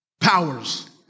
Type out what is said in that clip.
powers